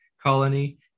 colony